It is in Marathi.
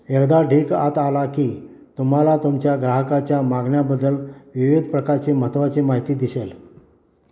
एकदा ढीग आत आला की तुम्हाला तुमच्या ग्राहकाच्या मागण्याबद्दल विविध प्रकारची महत्त्वाची माहिती दिसेल